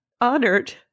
honored